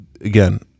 again